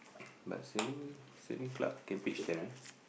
but sailing sailing club can pitch there eh